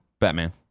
Batman